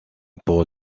pour